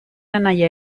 anaia